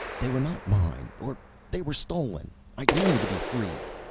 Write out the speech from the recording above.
they were not mine or they were stolen! i demand to be freed!